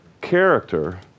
character